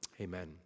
amen